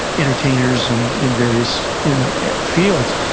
entertainers, and in various you know fields.